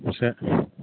sir